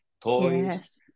Toys